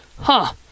Huh